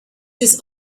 this